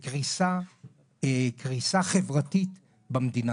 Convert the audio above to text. ולחוליה החלשה ביותר בחברה הישראלית לא מוכנים להצמיד את הגמלאות,